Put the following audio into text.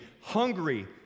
Hungry